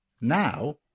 Now